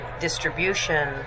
distribution